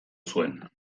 zuen